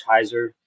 hyzer